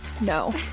No